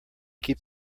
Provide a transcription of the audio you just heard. keep